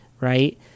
right